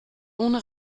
ohne